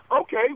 okay